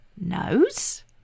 nose